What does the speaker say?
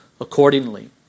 accordingly